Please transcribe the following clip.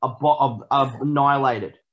annihilated